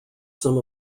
some